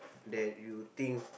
that you think